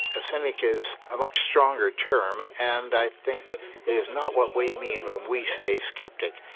a cynic is a much stronger term and i think it is not what we mean when we say skeptic.